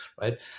Right